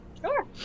Sure